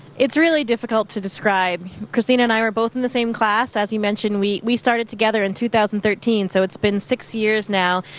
it's really difficult to describe. christina and i were both in the same class. as you mentioned, we we started together in two thousand and thirteen, so it's been six years now.